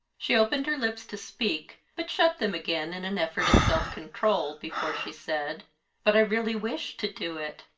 she opened her lips to speak, but shut them again in an effort at self-control before she said but i really wish to do it.